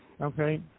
Okay